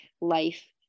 life